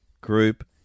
group